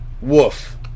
Woof